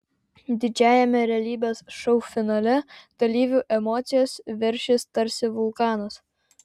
didžiajame realybės šou finale dalyvių emocijos veršis tarsi vulkanas